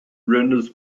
renders